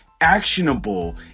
actionable